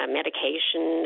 medication